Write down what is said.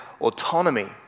autonomy